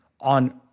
on